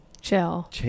Chill